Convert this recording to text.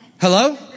Hello